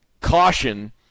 caution